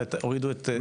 תנאי הסף של מגשרת,